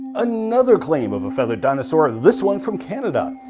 another claim of a feathered dinosaur, this one from canada.